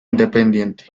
independiente